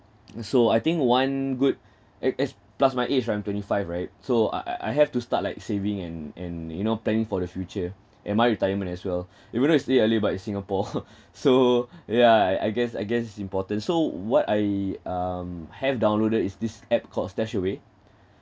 so I think one good is is plus my age I'm twenty five right so I I I have to start like saving and and you know planning for the future and my retirement as well you would have said early but it's singapore so yeah I guess I guess it's important so what I um have downloaded is this app called StashAway